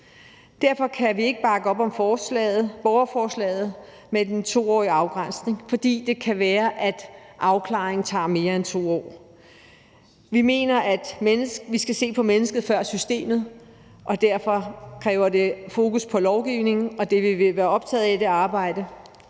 Derfor kan vi ikke bakke op om borgerforslaget med den 2-årige afgrænsning, for det kan være, at afklaringen tager mere end 2 år. Vi mener, at vi skal se på mennesket før systemet, og derfor kræver det fokus på lovgivning, og det arbejde vil vi være optaget af. Tak for ordet.